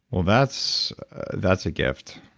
well, that's that's a gift.